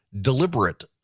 deliberate